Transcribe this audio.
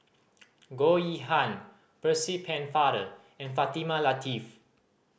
Goh Yihan Percy Pennefather and Fatimah Lateef